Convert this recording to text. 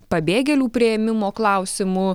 pabėgėlių priėmimo klausimu